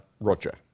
Roger